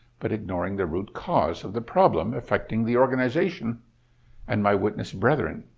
but ignoring the root cause of the problem affecting the organization and my witness brethren.